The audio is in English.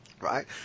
right